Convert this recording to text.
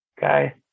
guy